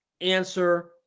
answer